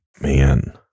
man